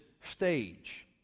stage